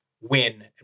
win